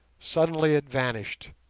suddenly it vanished,